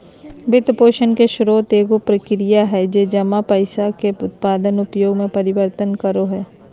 वित्तपोषण के स्रोत एगो प्रक्रिया हइ जे जमा पैसा के उत्पादक उपयोग में परिवर्तन करो हइ